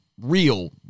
real